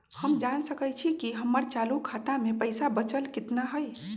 हम जान सकई छी कि हमर चालू खाता में पइसा बचल कितना हई